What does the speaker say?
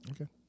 Okay